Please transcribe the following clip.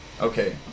Okay